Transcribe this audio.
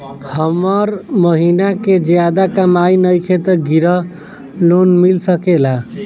हमर महीना के ज्यादा कमाई नईखे त ग्रिहऽ लोन मिल सकेला?